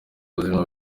ubuzima